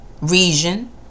region